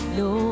no